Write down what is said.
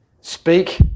Speak